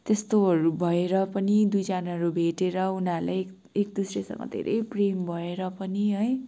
त्यस्तोहरू भएर पनि दुइजनाहरू भेटेर उनीहरूलाई एक दोसरासँग धेरै प्रेम भएर पनि है